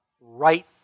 right